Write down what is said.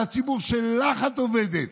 על הציבור שלך את עובדת,